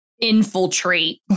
infiltrate